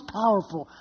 powerful